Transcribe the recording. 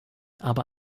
aber